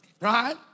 right